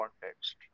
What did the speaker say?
context